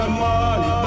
money